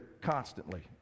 constantly